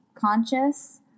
conscious